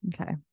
Okay